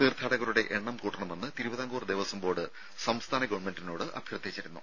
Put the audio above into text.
തീർത്ഥാടകരുടെ എണ്ണം കൂട്ടണമെന്ന് തിരുവിതാംകൂർ ദേവസ്വം ബോർഡ് സംസ്ഥാന ഗവൺമെന്റിനോട് അഭ്യർത്ഥിച്ചിരുന്നു